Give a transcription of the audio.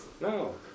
No